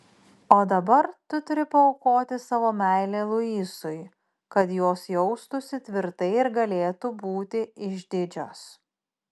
o dabar tu turi paaukoti savo meilę luisui kad jos jaustųsi tvirtai ir galėtų būti išdidžios